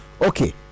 okay